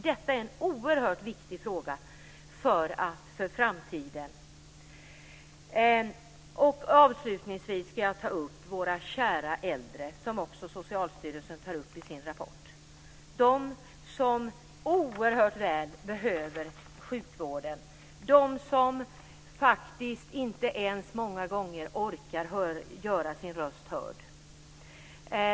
Detta är en oerhört viktig fråga för framtiden. Avslutningsvis ska jag ta upp frågan om våra kära äldre, som också Socialstyrelsen tar upp i sin rapport. De behöver oerhört väl sjukvården. De orkar många gånger inte göra sin röst hörd.